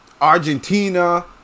Argentina